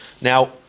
now